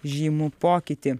žymų pokytį